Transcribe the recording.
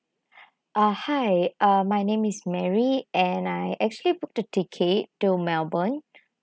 uh hi uh my name is mary and I actually booked a ticket to melbourne